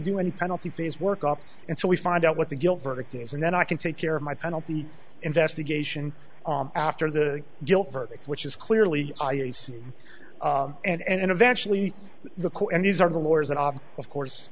do any penalty phase work up until we find out what the guilty verdict is and then i can take care of my penalty investigation after the guilty verdict which is clearly i a c and eventually the court and these are the lawyers and off of course